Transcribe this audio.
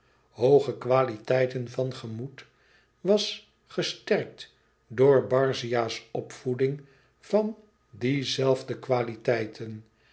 hooge kwaliteiten van gemoed was gesterkt door barzia's opvoeding van die zelfde kwaliteiten